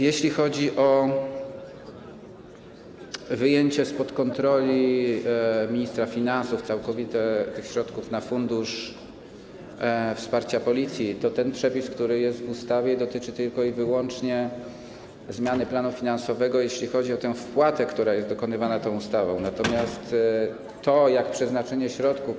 Jeśli chodzi o całkowite wyjęcie spod kontroli ministra finansów tych środków na Fundusz Wsparcia Policji, to ten przepis, który jest w ustawie, dotyczy tylko i wyłącznie zmiany planu finansowego, jeśli chodzi o tę wpłatę, która jest dokonywana tą ustawą, natomiast to, jak przeznaczenie środków.